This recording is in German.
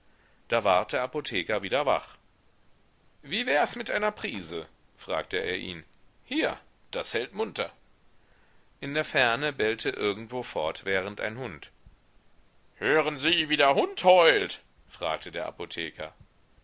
da ward der apotheker wieder wach wie wärs mit einer prise fragte er ihn hier das hält munter in der ferne bellte irgendwo fortwährend ein hund hören sie wie der hund heult fragte der apotheker